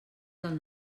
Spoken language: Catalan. del